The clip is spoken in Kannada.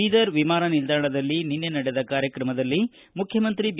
ಬೀದರ್ ವಿಮಾನ ನಿಲ್ದಾಣದಲ್ಲಿ ನಿನ್ನೆ ನಡೆದ ಕಾರ್ಯಕ್ರಮದಲ್ಲಿ ಮುಖ್ಯಮಂತ್ರಿ ಬಿ